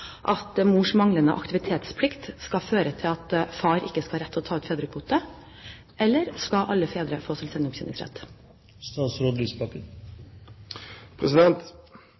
at mors manglende aktivitetsplikt skal føre til at far ikke skal ha rett til å ta ut fedrekvote, eller skal alle fedre få selvstendig